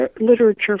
literature